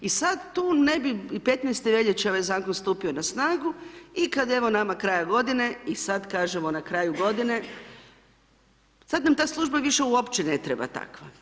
I sad tu ne bi, 15. veljače je ovaj Zakon stupio na snagu i kad evo nama kraja godine i sada kažemo na kraju godine, sad nam ta služba više uopće ne treba takva.